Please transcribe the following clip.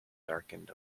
darkened